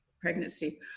pregnancy